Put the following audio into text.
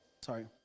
Sorry